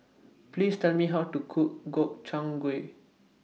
Please Tell Me How to Cook Gobchang Gui